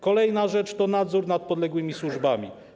Kolejna rzecz to nadzór nad podległymi służbami.